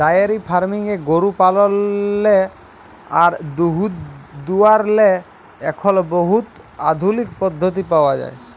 diary ফার্মিংয়ে গরু পাললেরলে আর দুহুদ দুয়ালর এখল বহুত আধুলিক পদ্ধতি পাউয়া যায়